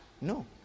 No